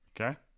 okay